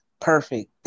perfect